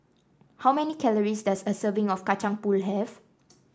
how many calories does a serving of Kacang Pool have